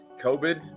COVID